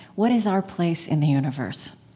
what is our place in the universe?